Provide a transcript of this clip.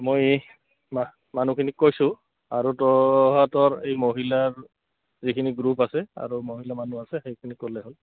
মই মা মানুহখিনিক কৈছোঁ আৰু তহঁতৰ এই মহিলাৰ যিখিনি গ্ৰুপ আছে আৰু মহিলা মানুহ আছে সেইখিনিক ক'লেই হ'ল